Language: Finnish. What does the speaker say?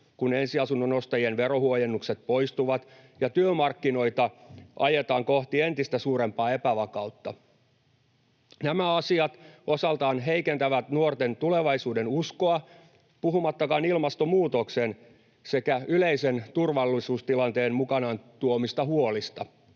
kun ensiasunnon ostajien verohuojennukset poistuvat, ja työmarkkinoita ajetaan kohti entistä suurempaa epävakautta. Nämä asiat osaltaan heikentävät nuorten tulevaisuudenuskoa puhumattakaan ilmastonmuutoksen sekä yleisen turvallisuustilanteen mukanaan tuomista huolista.